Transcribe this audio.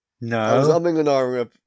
No